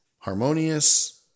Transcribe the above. harmonious